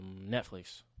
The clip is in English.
Netflix